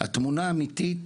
התמונה האמיתית,